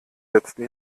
letzten